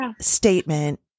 statement